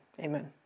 amen